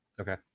Okay